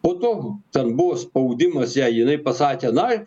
patogu ten buvo spaudimas jai jinai pasakė na